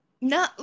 No